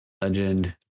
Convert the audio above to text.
Legend